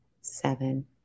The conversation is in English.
seven